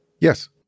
Yes